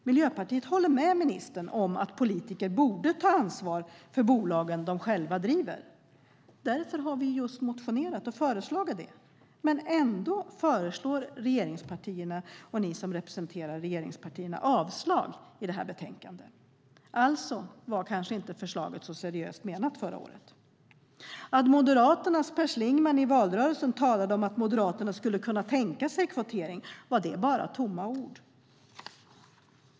Miljöpartiet håller med ministern om att politiker borde ta ansvar för de bolag som de själva driver. Därför har vi motionerat om och föreslagit just det. Ändå föreslår ni som representerar regeringspartierna avslag i det här betänkandet. Alltså var förslaget förra året kanske inte så seriöst menat. Moderaternas Per Schlingmann talade i valrörelsen om att Moderaterna skulle kunna tänka sig kvotering. Var det bara tomma ord?